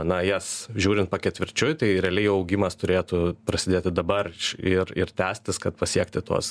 na į jas žiūrint paketvirčiui tai realiai augimas turėtų prasidėti dabar ir ir tęstis kad pasiekti tuos